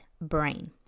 brain